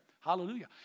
Hallelujah